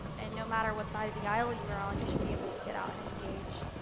and no matter what side of the aisle you're on, you should be able to get out, and engage,